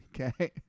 Okay